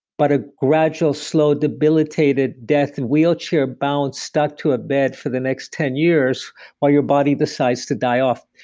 but a gradual slow debilitated death, wheelchair bound, stuck to a bed for the next ten years while your body decides to die off.